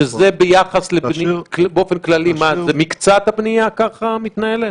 שזה ביחס לבנייה באופן כללי מקצת הבנייה מתנהלת ככה?